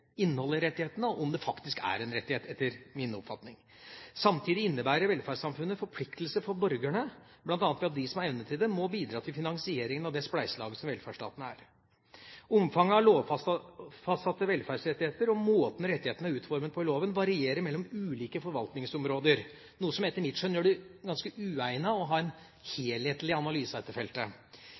innholdet i rettighetene og om det faktisk er en rettighet, etter min oppfatning. Samtidig innebærer velferdssamfunnet forpliktelser for borgerne, bl.a. ved at de som har evne til det, må bidra til finansieringen av det spleiselaget som velferdsstaten er. Omfanget av lovfastsatte velferdsrettigheter og måten rettighetene er utformet på i loven, varierer mellom ulike forvaltningsområder, noe som etter mitt skjønn gjør det ganske uegnet å ha en helhetlig analyse av dette feltet.